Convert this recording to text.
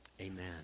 amen